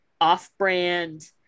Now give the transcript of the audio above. off-brand